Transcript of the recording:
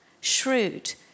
Shrewd